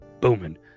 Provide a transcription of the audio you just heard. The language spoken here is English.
booming